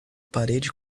parede